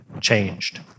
changed